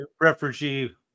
Refugee